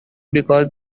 because